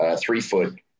three-foot